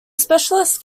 specialist